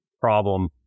problem